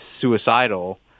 suicidal